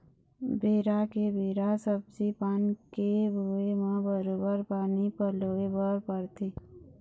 बेरा के बेरा सब्जी पान के बोए म बरोबर पानी पलोय बर परथे